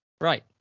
Right